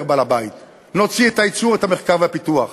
אומר בעל הבית: נוציא את היצוא, את המחקר והפיתוח.